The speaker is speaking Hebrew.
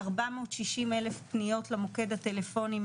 460,000 למוקד הטלפוני,